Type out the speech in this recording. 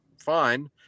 fine